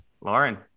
lauren